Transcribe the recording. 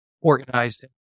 organized